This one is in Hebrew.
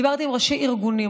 דיברתי עם ראשי ארגונים,